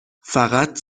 فقط